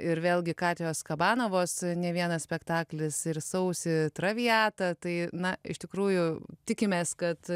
ir vėlgi katijos kabanavos ne vienas spektaklis ir sausį traviata tai na iš tikrųjų tikimės kad